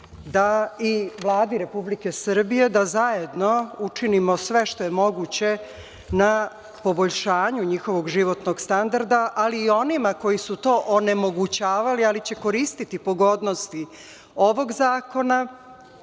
banci, Vladi Republike Srbije da zajedno učinimo sve što je moguće na poboljšanju njihovog životnog standarda, ali i onima koji su to onemogućavali i koji će koristiti pogodnosti ovog zakona,